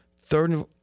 third